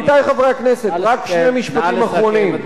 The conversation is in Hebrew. עמיתי חברי הכנסת, רק שני משפטים אחרונים.